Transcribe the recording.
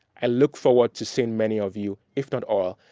i look forward to seeing many of you, if not all,